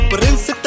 Prince